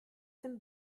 dem